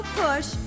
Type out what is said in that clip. push